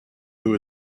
who